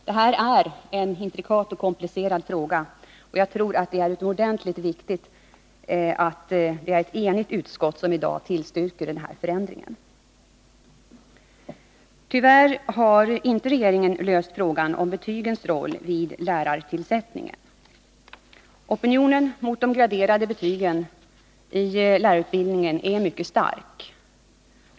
Detta är en intrikat och komplicerad fråga, och jag menar att det är utomordentligt viktigt att det är ett enigt utskott som nu tillstyrker denna förändring. Tyvärr har regeringen inte löst frågan om betygens roll i lärartillsättningen. Opinionen mot de graderade betygen i lärarutbildningen är mycket stark.